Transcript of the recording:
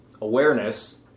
awareness